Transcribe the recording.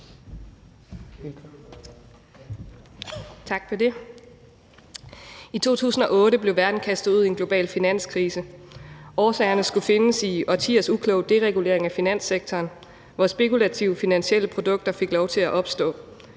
I 2008 blev verden kastet ud i en global finanskrise. Årsagerne skulle findes i årtiers uklog deregulering af finanssektoren, hvor spekulative finansielle produkter fik lov til at opstå.